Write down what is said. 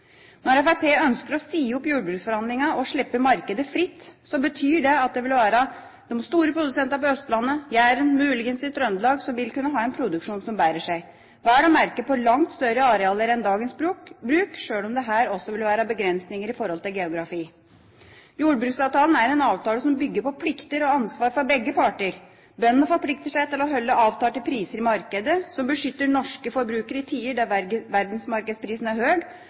Når Fremskrittspartiet ønsker å si opp jordbruksforhandlingene og slippe markedet fritt, betyr det at det vil være de store produsentene på Østlandet, Jæren og muligens i Trøndelag som vil kunne ha en produksjon som bærer seg – vel å merke på langt større arealer enn dagens bruk, sjøl om det her også vil være begrensninger i forhold til geografi. Jordbruksavtalen er en avtale som bygger på plikter og ansvar fra begge parter. Bøndene forplikter seg til å holde avtalte priser i markedet som beskytter norske forbrukere i tider der verdensmarkedsprisen er